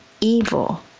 evil